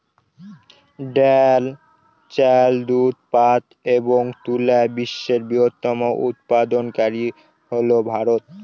ডাল, চাল, দুধ, পাট এবং তুলা বিশ্বের বৃহত্তম উৎপাদনকারী হল ভারত